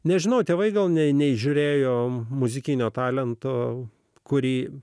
nežinau tėvai gal nė neįžiūrėjo muzikinio talento kurį